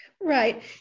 Right